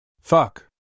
Fuck